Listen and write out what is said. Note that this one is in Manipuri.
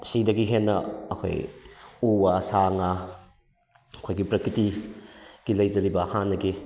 ꯁꯤꯗꯒꯤ ꯍꯦꯟꯅ ꯑꯩꯈꯣꯏ ꯎ ꯋꯥ ꯁꯥ ꯉꯥ ꯑꯩꯈꯣꯏꯒꯤ ꯄ꯭ꯔꯀꯤꯇꯤꯒꯤ ꯂꯩꯖꯔꯤꯕ ꯍꯥꯟꯅꯒꯤ